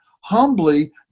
humbly